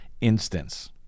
instance